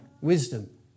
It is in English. wisdom